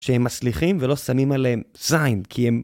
שהם מצליחים ולא שמים עליהם זיין, כי הם...